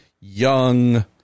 young